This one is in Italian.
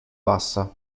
bassa